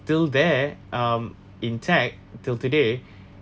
still there um intact till today